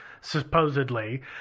supposedly